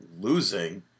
losing